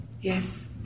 Yes